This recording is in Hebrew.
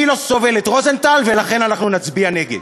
אני לא סובל את רוזנטל, ולכן אנחנו נצביע נגד.